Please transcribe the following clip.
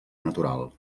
natural